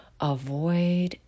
Avoid